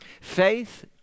Faith